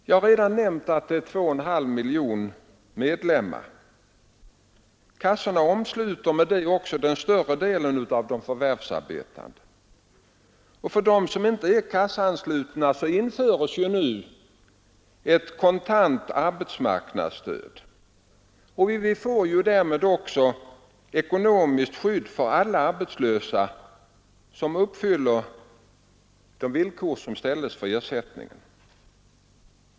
Jag har redan nämnt att det är 2,5 miljoner medlemmar. Kassorna omsluter därmed större delen av de förvärvsarbetande. För dem som inte är kassaanslutna införes nu ett kontant arbetsmarknadsstöd. Vi får därmed också ekonomiskt skydd för alla arbetslösa som uppfyller de villkor som ställs för ersättningen.